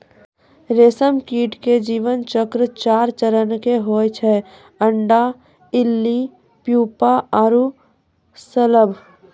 रेशम कीट के जीवन चक्र चार चरण के होय छै अंडा, इल्ली, प्यूपा आरो शलभ